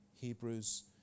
Hebrews